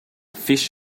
fish